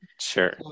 Sure